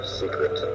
secret